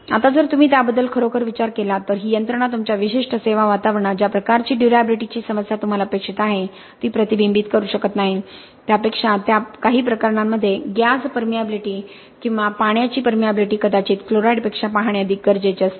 आता जर तुम्ही त्याबद्दल खरोखर विचार केला तर ही यंत्रणा तुमच्या विशिष्ट सेवा वातावरणात ज्या प्रकारची ड्युर्याबिलिटीची समस्या तुम्हाला अपेक्षित आहे ती प्रतिबिंबित करू शकत नाही त्यापेक्षा काही प्रकरणांमध्ये गॅस परमियाबीलिटी किंवा पाण्याची परमियाबीलिटी कदाचित क्लोराईडपेक्षा पाहणे अधिक गरजेचे असते